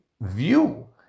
view